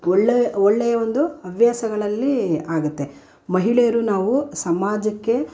ಒಳ್ಳೆಯ ಒಳ್ಳೆಯ ಒಂದು ಹವ್ಯಾಸಗಳಲ್ಲಿ ಆಗುತ್ತೆ ಮಹಿಳೆಯರು ನಾವು ಸಮಾಜಕ್ಕೆ